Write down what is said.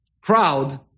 crowd